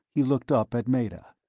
he looked up at meta.